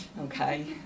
okay